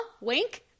Wink